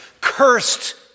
cursed